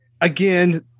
again